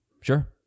Sure